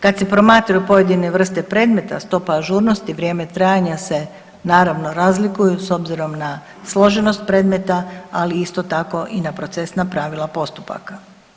Kad se promatraju pojedine vrste predmeta stopa ažurnosti vrijeme trajanja se naravno razlikuju s obzirom na složenost predmeta, ali isto tako i na procesna pravila postupaka.